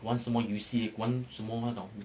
玩什么游戏玩什么那种